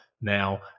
now